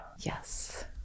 yes